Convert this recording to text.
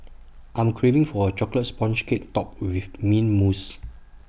I'm craving for A Chocolate Sponge Cake Topped with Mint Mousse